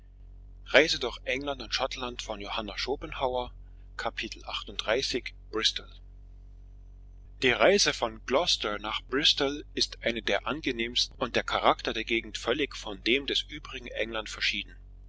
bristol die reise von gloucester nach bristol ist eine der angenehmsten und der charakter der gegend völlig von dem des übrigen england verschieden